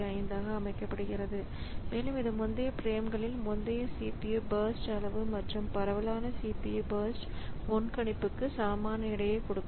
5 ஆக அமைக்கப்படுகிறது மேலும் இது முந்தைய பிரேம்களில் முந்தைய CPU பர்ஸ்ட் அளவு மற்றும் பரவலான CPU பர்ஸ்ட் முன்கணிப்புக்கு சமமான எடையைக் கொடுக்கும்